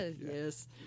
yes